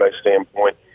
standpoint